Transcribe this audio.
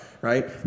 right